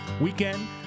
weekend